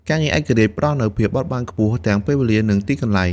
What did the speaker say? ការងារឯករាជ្យផ្តល់នូវភាពបត់បែនខ្ពស់ ទាំងពេលវេលា និងទីកន្លែង។